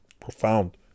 profound